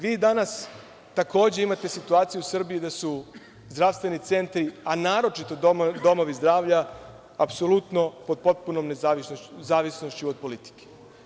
Vi danas, takođe imate situaciju u Srbiji da su zdravstveni centri, a naročito domovi zdravlja, apsolutno pod potpunom nezavisnošću od politike.